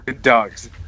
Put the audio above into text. dogs